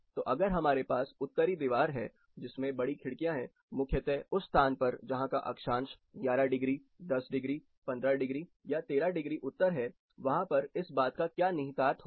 तो अगर हमारे पास उत्तरी दीवार है जिसमें बड़ी खिड़कियां है मुख्यतः उस स्थान पर जहां का अक्षांश 11 डिग्री 10 डिग्री 15 डिग्री या 13 डिग्री उत्तर है वहां पर इस बात का क्या निहितार्थ होगा